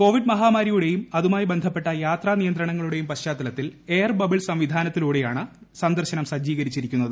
Covid മഹാമാരിയുടെയും അതുമായി ബന്ധപ്പെട്ട യാത്രാനിയന്ത്രണങ്ങളുടെയും പശ്ചാത്തലത്തിൽ എയർ ബബിൾ സംവിധാനത്തിലൂടെയാണ് സന്ദർശനം സജ്ജീകരിച്ചിരിക്കുന്നത്